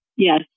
Yes